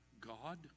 God